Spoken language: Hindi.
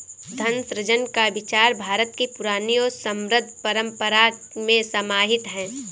धन सृजन का विचार भारत की पुरानी और समृद्ध परम्परा में समाहित है